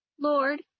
Lord